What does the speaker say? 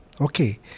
Okay